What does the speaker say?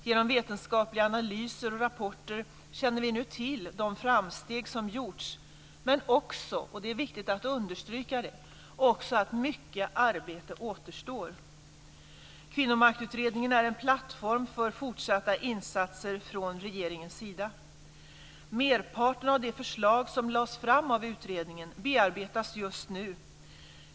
Genom vetenskapliga analyser och rapporter känner vi nu till de framsteg som har gjorts men också, och detta är det viktigt att understryka, att mycket arbete återstår. Kvinnomaktutredningen är en plattform för fortsatta insatser från regeringens sida. Merparten av de förslag som lades fram av utredningen bearbetas just nu.